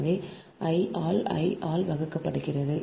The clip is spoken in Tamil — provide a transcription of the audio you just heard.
எனவே I ஆல் I ஆல் வகுக்கப்பட்டது